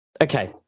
Okay